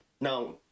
now